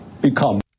become